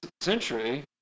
century